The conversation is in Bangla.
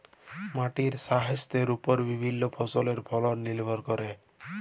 মাটির স্বাইস্থ্যের উপর বিভিল্য ফসলের ফলল লির্ভর ক্যরে